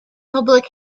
public